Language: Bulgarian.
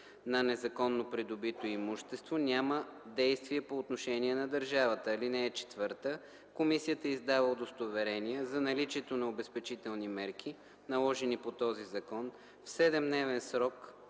на незаконно придобито имущество, няма действия по отношение на държавата. (4) Комисията издава удостоверения за наличието на обезпечителни мерки, наложени по този закон, в 7-дневен срок